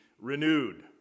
renewed